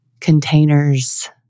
containers